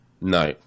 No